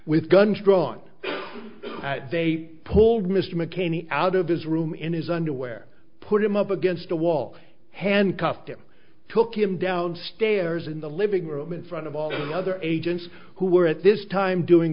with guns drawn they pulled mr mccain out of his room in his underwear put him up against a wall handcuffed him took him downstairs in the living room in front of all the other agents who were at this time doing